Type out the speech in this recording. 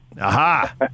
Aha